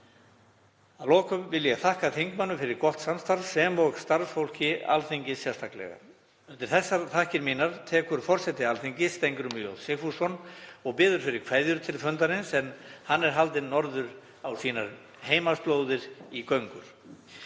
Að lokum vil ég þakka þingmönnum fyrir gott samstarf sem og starfsfólki Alþingis sérstaklega. Undir þessar þakkir mínar tekur forseti Alþingis, Steingrímur J. Sigfússon, og biður fyrir kveðju til fundarins en hann er haldinn norður á sínar heimaslóðir í göngur.